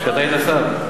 כשאתה היית שר?